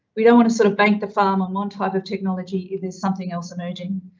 we don't want to sort of bank the farm on one type of technology if there's something else emerging,